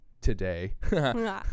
today